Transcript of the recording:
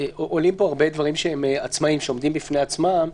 עולים פה הרבה דברים שעומדים בפני עצמם,